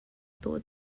dawh